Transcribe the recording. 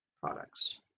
products